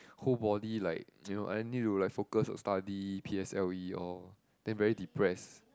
whole body like you know I need to like focus on study p_s_l_e all then very depressed